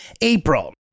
April